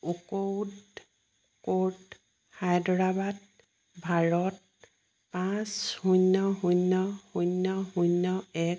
Oakwood Court Hyderabad Bharat পাঁচ শূন্য শূন্য শূন্য শূন্য এক